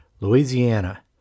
Louisiana